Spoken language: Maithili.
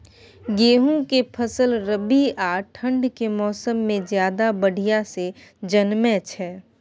गेहूं के फसल रबी आ ठंड के मौसम में ज्यादा बढ़िया से जन्में छै?